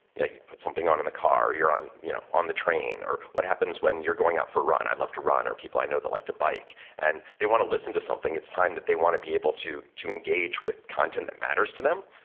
yeah you put something on in the car on you know on the train, or what happens when you're going out for a run? i'd love to run, or people i know that like to bike and they want to listen to something. it's time that they want to be able to to engage with content that matters to them,